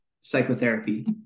psychotherapy